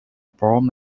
born